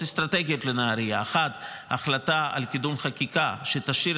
אסטרטגיות לנהריה: 1. החלטה על קידום חקיקה שתשאיר